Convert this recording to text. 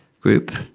group